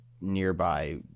nearby